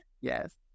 Yes